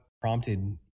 prompted